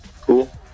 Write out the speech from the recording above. cool